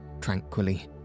tranquilly